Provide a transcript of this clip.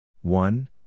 one